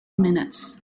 minutes